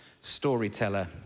storyteller